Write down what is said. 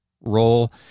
role